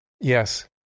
Yes